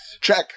Check